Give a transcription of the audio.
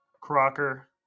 Crocker